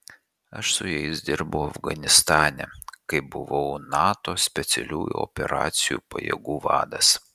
aš su jais dirbau afganistane kai buvau nato specialiųjų operacijų pajėgų vadas